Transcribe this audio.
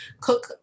cook